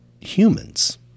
humans